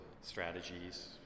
strategies